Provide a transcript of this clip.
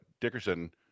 Dickerson